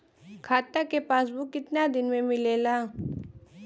खाता के पासबुक कितना दिन में मिलेला?